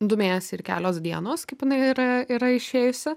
du mėnesiai ir kelios dienos kaip jinai yra yra išėjusi